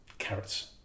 Carrots